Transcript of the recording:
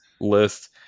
list